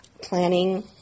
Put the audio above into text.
planning